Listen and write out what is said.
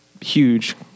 Huge